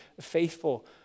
faithful